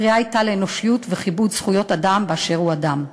הקריאה הייתה לאנושיות וכיבוד זכויות אדם באשר הוא אדם.